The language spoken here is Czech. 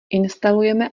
instalujeme